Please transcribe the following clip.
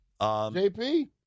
JP